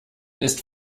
ist